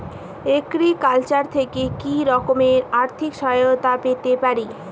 Agriculture থেকে কি রকম আর্থিক সহায়তা পেতে পারি?